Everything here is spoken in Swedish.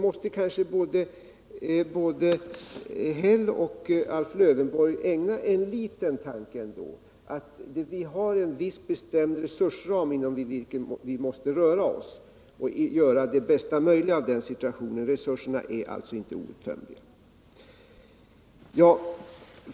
Både Karl-Erik Häll och Alf Lövenborg måste kanske ändå ägna en liten tanke åt detta att vi har en viss bestämd resursram, inom vilken vi får lov att röra oss och göra det bästa möjliga av den situationen. Resurserna är inte outtömliga.